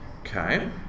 Okay